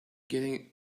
getting